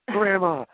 Grandma